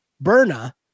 Berna